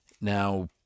Now